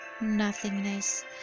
nothingness